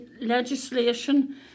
legislation